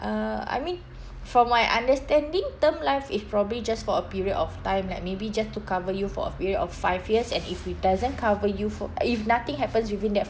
uh I mean from my understanding term life is probably just for a period of time like maybe just to cover you for a period of five years and if it doesn't cover you for if nothing happens within that